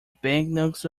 banknotes